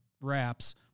wraps